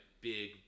big